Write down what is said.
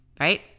Right